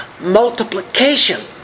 Multiplication